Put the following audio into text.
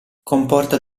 comporta